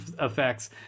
effects